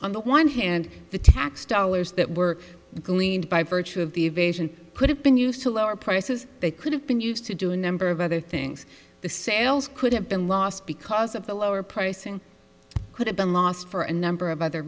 on the one hand the tax dollars that were gleaned by virtue of the evasion could have been used to lower prices they could have been used to do a number of other things the sales could have been lost because of the lower pricing could have been lost for a number of other